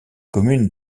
commune